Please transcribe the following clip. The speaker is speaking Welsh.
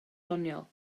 doniol